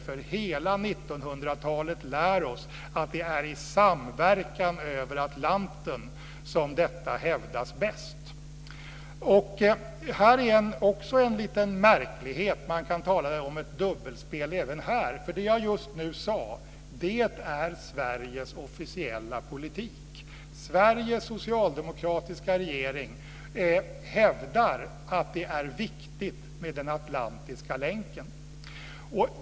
Hela 1900-talet lär oss att det är i samverkan över Atlanten som detta hävdas bäst. Här är också en liten märklighet. Man kan tala om ett dubbelspel även här. Det jag just nu sade är Sveriges officiella politik. Sveriges socialdemokratiska regering hävdar att det är viktigt med den atlantiska länken.